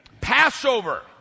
Passover